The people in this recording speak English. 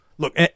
Look